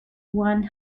one